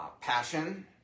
Passion